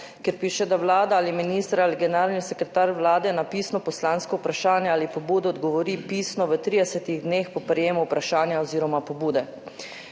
kjer piše: »Vlada ali minister ali generalni sekretar vlade na pisno poslansko vprašanje ali pobudo odgovori pisno v 30 dneh po prejemu vprašanja oziroma pobude.«